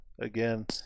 again